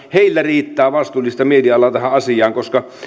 riittää vastuullista mielialaa tähän asiaan koska